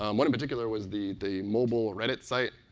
um one in particular was the the mobile reddit site,